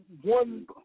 one